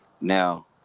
Now